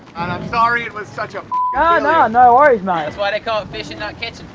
i'm sorry it was such a ah no worries mate that's why they call it fishing not catching.